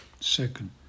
Second